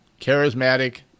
charismatic